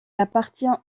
appartient